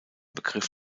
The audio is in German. begriff